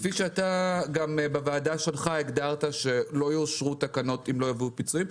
כפי שאתה בוועדה שלך הגדרת שלא יאושרו תקנות אם לא יבואו פיצויים,